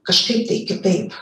kažkaip tai kitaip